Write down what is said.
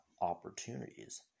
opportunities